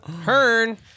Hearn